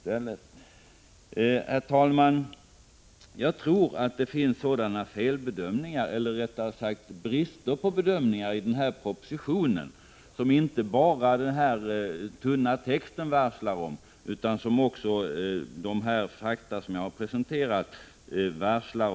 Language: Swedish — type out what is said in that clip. Herr talman! Jag tror att det finns felbedömningar, eller rättare sagt brister på bedömningar, i denna proposition som inte bara denna tunna text varslar om utan som också de fakta som jag har presenterat uppdagar.